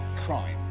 crime.